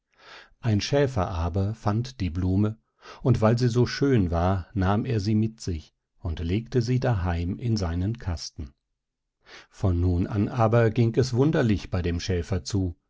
ein schäfer aber fand die blume und weil sie so schön war nahm er sie mit sich und legte sie daheim in seinen kasten von nun an aber ging es wunderlich bei dem schäfer zu